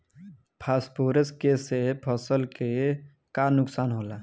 Phosphorus के से फसल के का नुकसान होला?